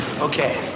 Okay